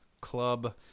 Club